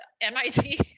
mit